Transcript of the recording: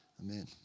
Amen